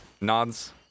nods